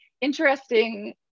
interesting